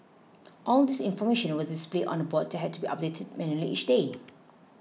all this information was displayed on a board that had to be updated manually each day